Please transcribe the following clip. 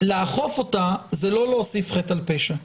לאכוף אותה זה לא להוסיף חטא על פשע.